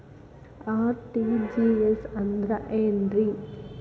RTGS ಅಂದ್ರ ಏನ್ರಿ?